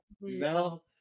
no